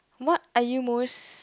what are you most